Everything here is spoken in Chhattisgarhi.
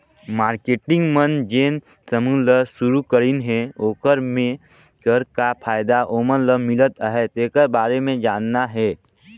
मारकेटिंग मन जेन समूह ल सुरूकरीन हे ओखर मे कर का फायदा ओमन ल मिलत अहे तेखर बारे मे जानना हे